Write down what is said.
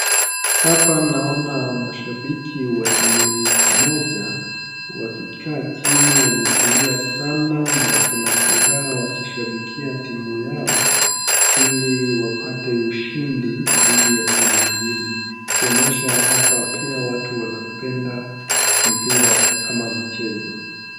Hapa naona mashabiki wa timu moja wakikaa chini, wametulia sana na wako na furaha wakishabikia timu yao ili wapate ushindi dhidi ya timu ingine. Kuonyesha hapa pia watu wanapenda mpira ama mchezo.